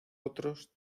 otros